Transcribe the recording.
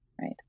right